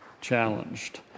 challenged